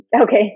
Okay